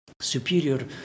superior